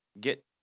Get